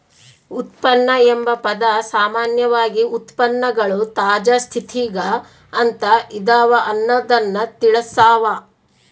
ಉತ್ಪನ್ನ ಎಂಬ ಪದ ಸಾಮಾನ್ಯವಾಗಿ ಉತ್ಪನ್ನಗಳು ತಾಜಾ ಸ್ಥಿತಿಗ ಅಂತ ಇದವ ಅನ್ನೊದ್ದನ್ನ ತಿಳಸ್ಸಾವ